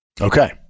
Okay